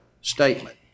statement